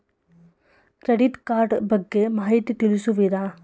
Credit card ಬಗ್ಗೆ ಮಾಹಿತಿ ತಿಳಿಸುವಿರಾ?